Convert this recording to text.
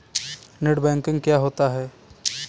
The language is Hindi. नेट बैंकिंग क्या होता है?